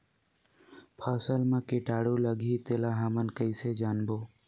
फसल मा कीटाणु लगही तेला हमन कइसे जानबो?